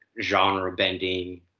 genre-bending